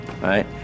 right